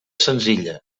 senzilla